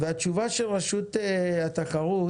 והתשובה של רשות התחרות